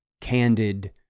candid